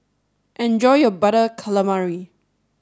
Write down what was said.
enjoy your Butter Calamari